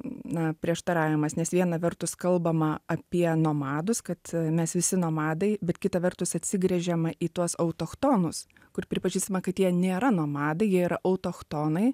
na prieštaravimas nes vieną vertus kalbama apie nomadus kad mes visi nomadai bet kitą vertus atsigręžiama į tuos autochtonus kur pripažįstama kad jie nėra nomadai jie yra autochtonai